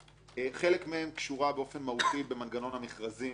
חלק מהם קשורה באופן מהותי במנגנון המכרזים ואיך